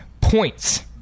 points